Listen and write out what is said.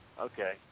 Okay